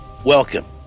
Welcome